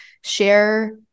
share